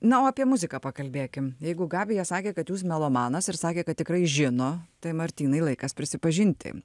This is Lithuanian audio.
na o apie muziką pakalbėkim jeigu gabija sakė kad jūs melomanas ir sakė kad tikrai žino tai martynai laikas prisipažinti